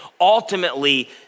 ultimately